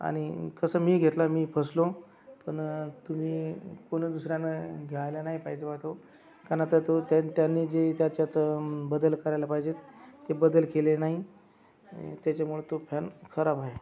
आणि कसं मी घेतला मी फसलो पण तुम्ही कोणा दुसऱ्यांना घ्यायला नाही पाहिजे बाबा तो कारण आता तो त्यांनी जी त्याच्यात बदल करायला पाहिजेत ते बदल केले नाही त्याच्यामुळे तो फॅन खराब आहे